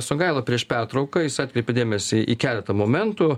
songaila prieš pertrauką jis atkreipė dėmesį į keletą momentų